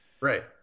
Right